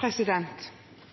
Hensynet til unger og ungdommer går